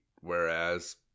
Whereas